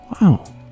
Wow